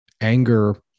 anger